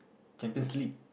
Champion's-League